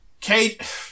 Kate